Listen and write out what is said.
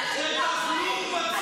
בשום מדינה בעולם.